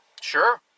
Sure